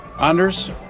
Anders